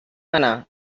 manar